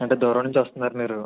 ఎంత దూరం నుంచి వస్తున్నారు మీరు